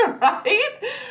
right